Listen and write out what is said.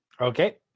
Okay